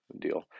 deal